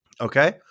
Okay